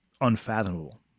unfathomable